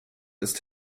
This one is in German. ist